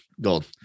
gold